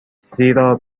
زیرا